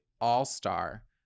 all-star